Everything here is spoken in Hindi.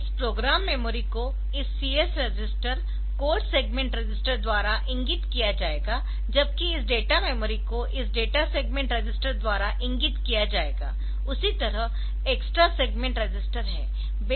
तो इस प्रोग्राम मेमोरी को इस CS register code segment register द्वारा इंगित किया जाएगा जबकि इस डेटा मेमोरी को इस डेटा सेगमेंट रजिस्टर द्वारा इंगित किया जाएगा उसी तरह एक्स्ट्रा सेगमेंट रजिस्टर है